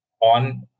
on